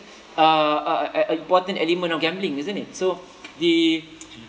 uh uh a important element of gambling isn't it so the